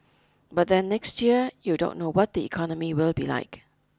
but then next year you don't know what the economy will be like